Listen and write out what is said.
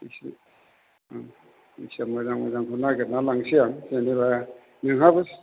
इसे जायखिजाया मोजां मोजांखौ नागिरना लांनोसै आं जेनेबा नोंहाबो